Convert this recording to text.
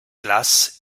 classes